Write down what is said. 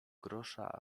grosza